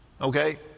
Okay